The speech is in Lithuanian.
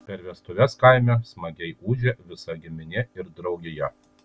per vestuves kaime smagiai ūžia visa giminė ir draugija